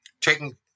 Taking